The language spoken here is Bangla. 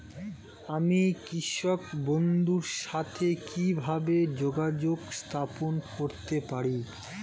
আমি কৃষক বন্ধুর সাথে কিভাবে যোগাযোগ স্থাপন করতে পারি?